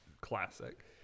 classic